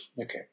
Okay